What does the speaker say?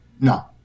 No